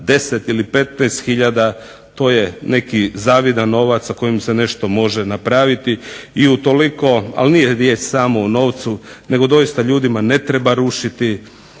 petnaest hiljada to je neki zavidan novac sa kojim se nešto može napraviti. Ali nije riječ samo o novcu nego doista ljudima ne treba rušiti.